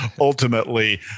Ultimately